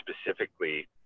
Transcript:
specifically